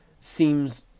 seems